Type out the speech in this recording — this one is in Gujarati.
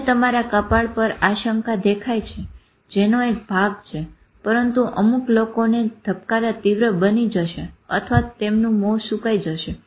મને તમારા કપાળ પર આશંકા દેખાય છે જેનો એક ભાગ છે પરંતુ અમુક લોકોને ધબકારા તીવ્ર બની જશે અથવા તેમનું મોં સુકાઈ શકે છે